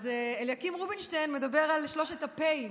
אז אליקים רובינשטיין מדבר על שלוש הפ"אים,